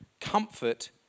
Comfort